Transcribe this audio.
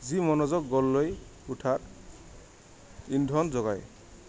যি মনোযোগ গঢ়লৈ উঠাত ইন্ধন যোগায়